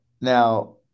Now